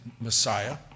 Messiah